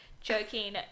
joking